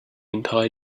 entire